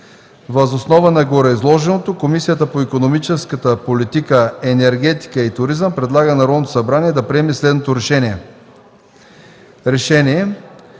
Въз основа на гореизложеното, Комисията по икономическата политика, енергетика и туризъм предлага на Народното събрание да приеме следното РЕШЕНИЕ